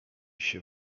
się